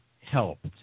helped